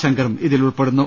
ശങ്കറും ഇതിൽ ഉൾപ്പെടുന്നു